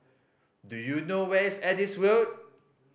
do you know where is Adis Road